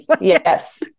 Yes